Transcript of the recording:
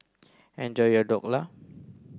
enjoy your Dhokla